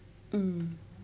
mm